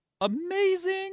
amazing